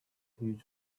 huge